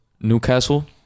Newcastle